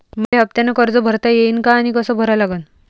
मले हफ्त्यानं कर्ज भरता येईन का आनी कस भरा लागन?